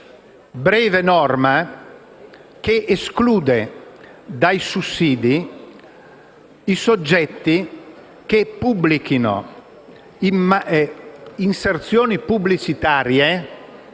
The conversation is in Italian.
breve norma che esclude dai sussidi i soggetti che pubblicano inserzioni pubblicitarie